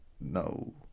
No